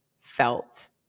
felt